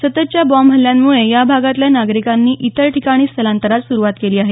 सततच्या बॉम्ब हल्ल्यांमुळे या भागातल्या नागरिकांनी इतर ठिकाणी स्थलांतरास सुरुवात केली आहे